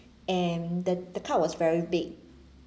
and the the cut was very big